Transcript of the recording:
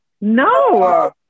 No